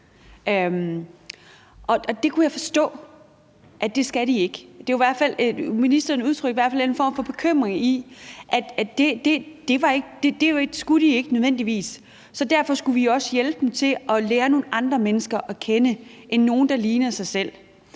det kunne jeg forstå at det skal de ikke. Ministeren udtrykte i hvert fald en form for bekymring og sagde, at det skulle de ikke nødvendigvis, og derfor skulle vi også hjælpe dem med at lære nogle andre mennesker at kende end nogle, der ligner dem selv.